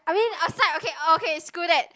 I mean aside okay okay screw that